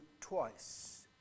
twice